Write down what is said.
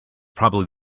probably